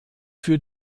für